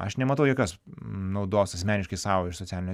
aš nematau jokios naudos asmeniškai sau iš socialinio